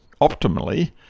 Optimally